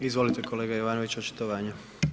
Izvolite kolega Jovanović, očitovanje.